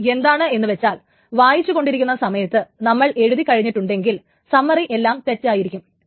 അത് എന്താണ് എന്നു വച്ചാൽ വായിച്ചു കൊണ്ടിരിക്കുന്ന സമയത്ത് നമ്മൾ എഴുതി കഴിഞ്ഞിട്ടുണ്ടെങ്കിൽ സമ്മറി എല്ലാം തെറ്റായിരിക്കും